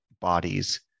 bodies